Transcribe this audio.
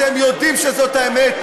אתם יודעים שזאת האמת,